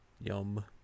Yum